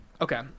Okay